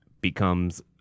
becomes